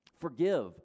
Forgive